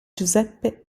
giuseppe